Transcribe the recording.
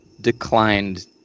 declined